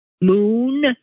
Moon